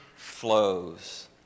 flows